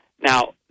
Now